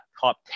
top